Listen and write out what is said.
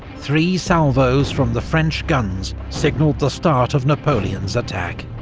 three salvos from the french guns signalled the start of napoleon's attack.